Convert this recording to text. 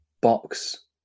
box